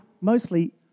mostly